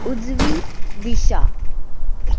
उजवी दिशा